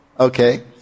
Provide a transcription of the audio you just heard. Okay